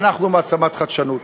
אנחנו מעצמת חדשנות.